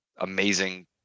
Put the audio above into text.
amazing